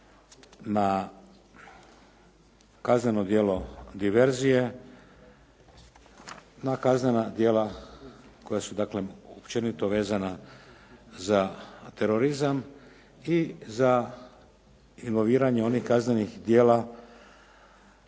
na kazneno djelo diverzije, na kaznena djela koja su dakle općenito vezana za terorizam i za involviranje onih kaznenih djela